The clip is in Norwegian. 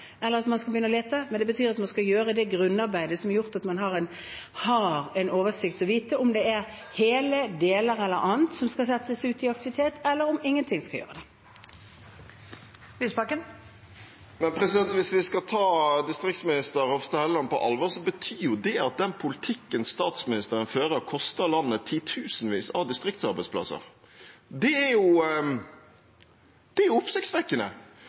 lete, men det betyr at man skal gjøre det grunnarbeidet som gjør at man har oversikt og kan vite om hele eller deler skal settes i aktivitet – eller om ingenting skal det. Hvis vi skal ta distriktsminister Hofstad Helleland på alvor, betyr det at den politikken statsministeren fører, koster landet titusenvis av distriktsarbeidsplasser. Det er oppsiktsvekkende. Jeg lurer på to ting: Hvor kommer dette tallet fra, og er